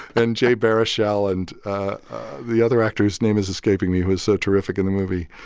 and jay baruchel and the other actor's name is escaping me who is so terrific in the movie,